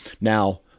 Now